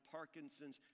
Parkinson's